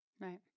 Right